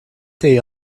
day